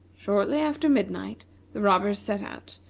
shortly after midnight the robbers set out,